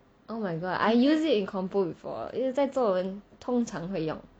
oh my god I use it in compo before 在作文通常会用